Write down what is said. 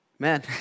Man